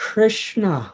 Krishna